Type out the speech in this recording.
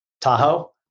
Tahoe